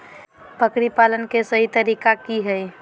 बकरी पालन के सही तरीका की हय?